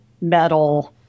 metal